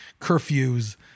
curfews